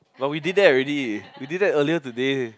but we did that already we did that earlier today